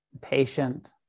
patient